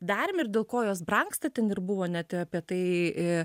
darėm ir dėl ko jos brangsta ten ir buvo net e apie tai i